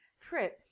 trip